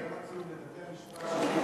יום עצוב,